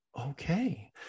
okay